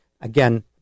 Again